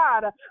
God